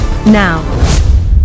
Now